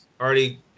already